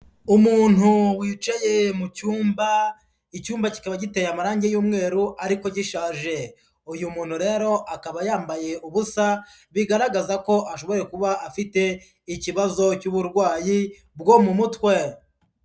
Umuntu wicaye mu cyumba, icyumba kikaba giteye amarangi y'umweru ariko gishaje, uyu muntu rero akaba yambaye ubusa, bigaragaza ko ashobore kuba afite ikibazo cy'uburwayi bwo mu mutwe.